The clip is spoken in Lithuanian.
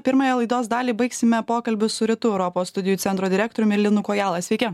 pirmąją laidos dalį baigsime pokalbiu su rytų europos studijų centro direktoriumi linu kojala sveiki